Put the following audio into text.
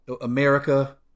America